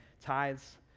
tithes